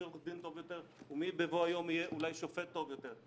מי עורך דין טוב יותר ומי בבוא היום יהיה אולי שופט טוב יותר.